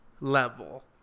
level